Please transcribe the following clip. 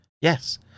Yes